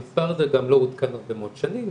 המספר הזה גם לא עודכן הרבה מאוד שנים,